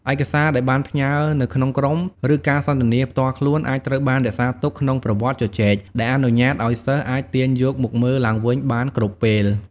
ឯកសារដែលបានផ្ញើរនៅក្នុងក្រុម ឬការសន្ទនាផ្ទាល់ខ្លួន អាចត្រូវបាន រក្សាទុក ក្នុងប្រវត្តិជជែក ដែលអនុញ្ញាតឲ្យសិស្សអាចទាញយកមកមើលឡើងវិញបានគ្រប់ពេល។